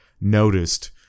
noticed